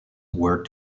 were